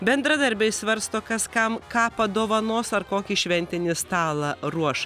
bendradarbiai svarsto kas kam ką padovanos ar kokį šventinį stalą ruoš